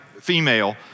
female